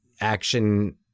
action